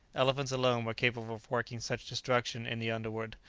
elephants alone were capable of working such destruction in the underwood,